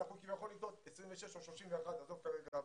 ואנחנו כביכול נקלוט 26 או 31, עזוב כרגע הוויכוח.